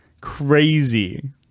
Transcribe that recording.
Crazy